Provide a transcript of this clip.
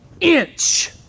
inch